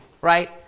Right